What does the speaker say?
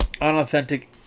Unauthentic